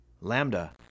Lambda